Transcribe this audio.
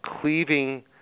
cleaving